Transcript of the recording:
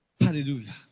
hallelujah